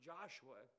Joshua